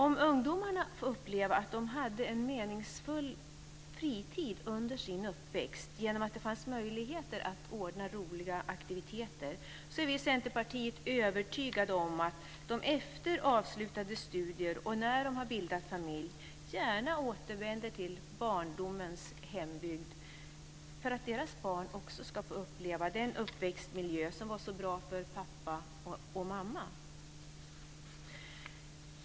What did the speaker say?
Om ungdomarna fick uppleva att de hade en meningsfull fritid under sin uppväxt genom att det fanns möjligheter att ordna roliga aktiviteter är vi i Centerpartiet övertygade om att de efter avslutade studier och när de har bildat familj gärna återvänder till barndomens hembygd för att deras barn också ska få uppleva den uppväxtmiljö som var så bra för pappa och mamma.